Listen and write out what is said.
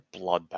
bloodbath